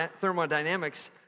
thermodynamics